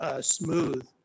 Smooth